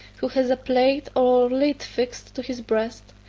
who has a plate or lead fixed to his breast,